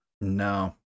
No